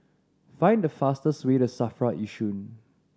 find the fastest way to SAFRA Yishun